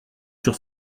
sur